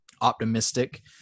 optimistic